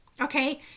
Okay